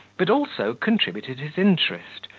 but also contributed his interest,